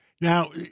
Now